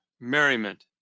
merriment